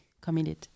committed